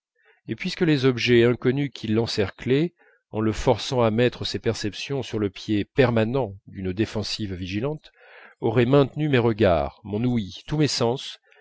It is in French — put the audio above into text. et puisque les objets inconnus qui l'encerclaient en le forçant à mettre ses perceptions sur le pied permanent d'une défensive vigilante auraient maintenu mes regards mon ouïe tous mes sens